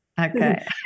Okay